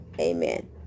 Amen